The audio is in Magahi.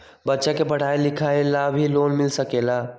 बच्चा के पढ़ाई लिखाई ला भी लोन मिल सकेला?